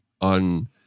on